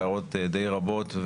הערות די רבות,